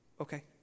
Okay